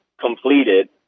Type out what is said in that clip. completed